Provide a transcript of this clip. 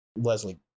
Leslie